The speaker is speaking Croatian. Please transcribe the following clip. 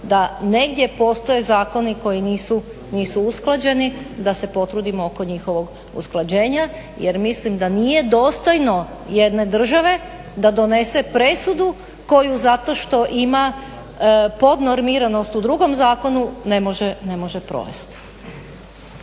da negdje postoje zakoni koji nisu usklađeni da se potrudimo oko njihovog usklađenja jer mislim da nije dostojno jedne države da donese presudu koju zato što ima podnormiranost u drugom zakonu ne može provesti.